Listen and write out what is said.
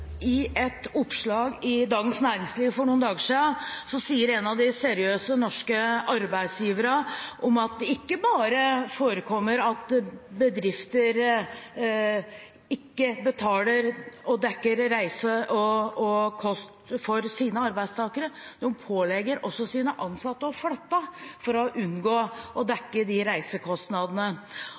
noen dager siden sier en av de seriøse norske arbeidsgiverne at det ikke bare forekommer at bedrifter ikke betaler og dekker reise og kost for sine arbeidstakere, de pålegger også sine ansatte å flytte for å unngå å dekke reisekostnadene. Statsråden har ansvaret for lov om offentlige anskaffelser. Det er i henhold til de